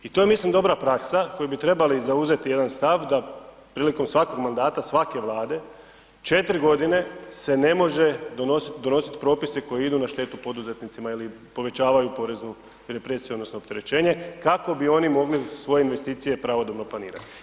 I to je mislim dobra praksa koju bi trebali zauzeti jedan stav da prilikom svakog mandata svake vlade četiri godine se ne može donositi propisi koji idu na štetu poduzetnicima ili povećavaju poreznu represiju odnosno opterećenje kako bi oni mogli svoje investicije pravodobno planirati.